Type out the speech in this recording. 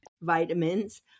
vitamins